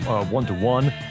one-to-one